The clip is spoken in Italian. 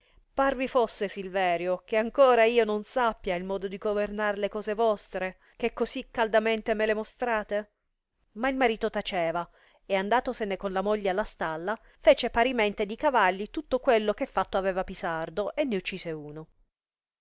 parvi forse silverio che ancor io non sappia il modo di governar le cose vostre che così caldamente me le mostrate ma il marita taceva e andatosene con la moglie alla stalla fece parimente di cavalli tutto quello che fatto aveva pisardo e ne uccise uno